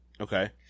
Okay